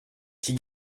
qui